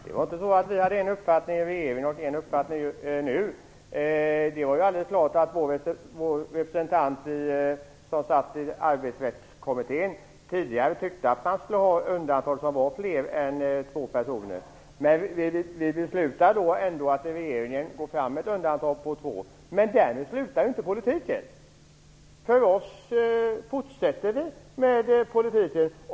Herr talman! Det var inte så att vi hade en uppfattning i regering och en uppfattning nu. Vår representant i Arbetsrättskommittén tidigare tyckte att man skulle ha undantag för fler än två personer, men vi beslutade ändå i regeringen att gå fram med ett undantag på två. Men därmed slutar ju inte politiken! För oss fortsätter politiken.